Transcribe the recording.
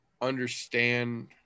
understand